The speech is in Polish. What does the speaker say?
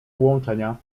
włączenia